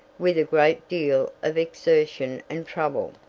with a great deal of exertion and trouble,